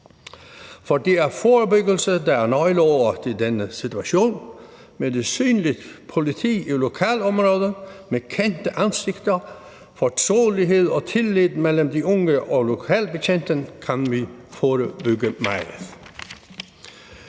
for det er forebyggelse, der er nøgleordet i denne situation. Med et synligt politi i lokalområdet med kendte ansigter, fortrolighed og tillid mellem de unge og den lokale betjent kan vi forebygge meget.